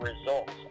results